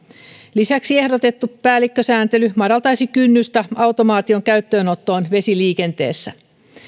lisäksi ehdotettu päällikkösääntely madaltaisi kynnystä automaation käyttöönottoon vesiliikenteessä